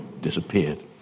disappeared